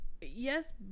yes